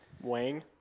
Wang